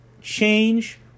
change